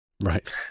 Right